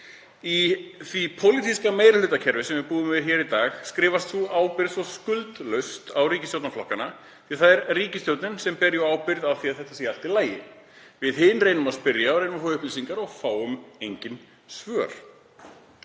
Í því pólitíska meirihlutakerfi sem við búum við í dag skrifast sú ábyrgð svo skuldlaust á ríkisstjórnarflokkana. Það er ríkisstjórnin sem ber ábyrgð á því að þetta sé í lagi. Við hin reynum að spyrja og fá upplýsingar og fáum engin svör.